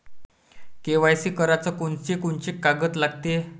KYC कराच कोनचे कोनचे कागद लागते?